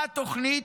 מה התוכנית?